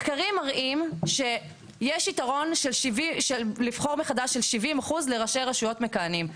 מחקרים מראים שיש יתרון של לבחור מחדש של 70% לראשי רשויות מכהנים.